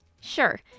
Sure